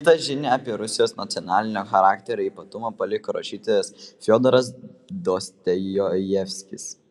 kitą žinią apie rusijos nacionalinio charakterio ypatumą paliko rašytojas fiodoras dostojevskis